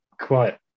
quiet